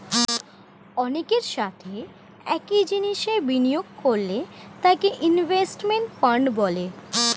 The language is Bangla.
অনেকের সাথে একই জিনিসে বিনিয়োগ করলে তাকে ইনভেস্টমেন্ট ফান্ড বলে